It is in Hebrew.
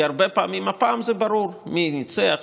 כי הפעם זה ברור מי ניצח,